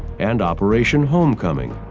and operation homecoming,